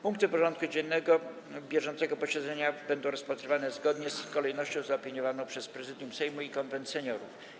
Punkty porządku dziennego bieżącego posiedzenia będą rozpatrywane zgodnie z kolejnością zaopiniowaną przez Prezydium Sejmu i Konwent Seniorów.